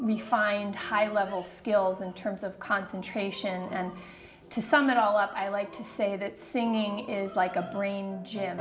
refined high level skills in terms of concentration and to sum it all up i like to say that singing is like a brain gym